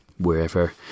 wherever